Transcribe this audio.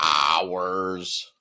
hours